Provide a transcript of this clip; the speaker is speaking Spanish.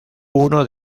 uno